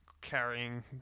carrying